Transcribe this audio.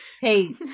Hey